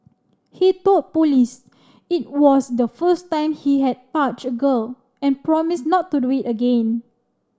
he told police it was the first time he had touched a girl and promised not to do it again